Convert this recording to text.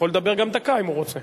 הוא יכול לדבר גם דקה אם הוא רוצה.